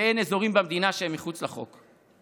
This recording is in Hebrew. ואין אזורים במדינה שהם מחוץ לחוק.